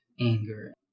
anger